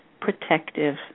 protective